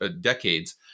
decades